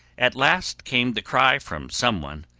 at last came the cry from some one,